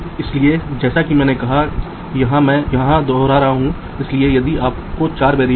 तो हम वास्तव में क्या जरूरत है कुछ ग्राफ सिद्धांत में एक हैमिल्टन मार्ग कहते हैं